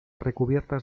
recubiertas